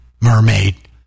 mermaid